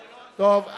טוב,